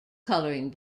coloring